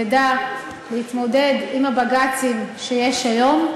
נדע להתמודד עם הבג"צים שיש היום,